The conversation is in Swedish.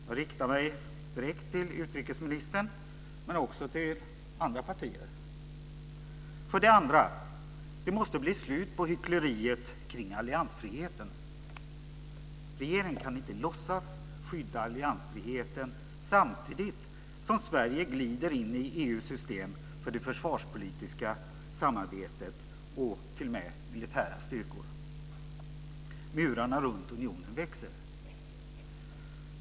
Jag riktar mig direkt till utrikesministern, men också till andra partier. För det andra måste det bli slut på hyckleriet kring alliansfriheten. Regeringen kan inte låtsas skydda alliansfriheten samtidigt som Sverige glider in i EU:s system för det försvarspolitiska samarbetet med t.o.m. militära styrkor. Murarna runt unionen växer.